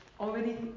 already